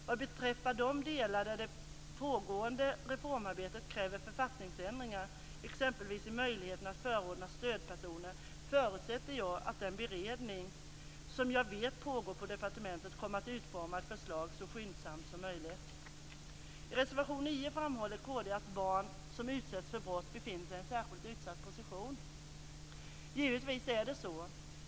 Vad beträffar de delar där det pågående reformarbetet kräver författningsändringar, exempelvis i möjligheterna att förordna stödpersoner, förutsätter jag att den beredning som jag vet arbetar på departementet kommer att utforma ett förslag så skyndsamt som möjligt. I reservation 10 framhåller kristdemokraterna att barn som utsätts för brott befinner sig i en särskilt utsatt position. Givetvis är det så.